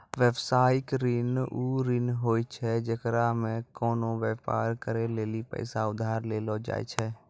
व्यवसायिक ऋण उ ऋण होय छै जेकरा मे कोनो व्यापार करै लेली पैसा उधार लेलो जाय छै